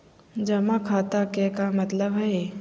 जमा खाता के का मतलब हई?